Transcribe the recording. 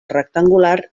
rectangular